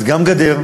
אז גם גדר,